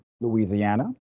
Louisiana